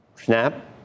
Snap